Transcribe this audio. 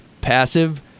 passive